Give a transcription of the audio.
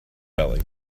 belly